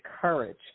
courage